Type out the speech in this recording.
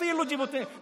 אפילו ז'בוטינסקי.